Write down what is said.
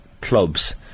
clubs